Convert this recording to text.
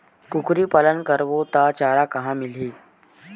कुकरी पालन करबो त चारा कहां मिलही?